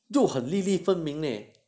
都很粒粒分明咧